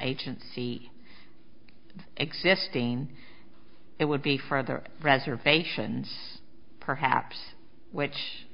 agency existing it would be for the reservations perhaps which